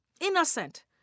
innocent